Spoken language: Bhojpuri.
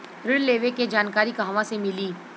ऋण लेवे के जानकारी कहवा से मिली?